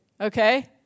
Okay